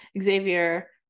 xavier